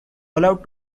allowed